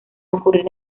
ocurrir